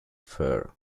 fur